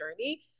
journey